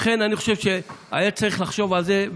לכן אני חושב שהיה צריך לחשוב על זה.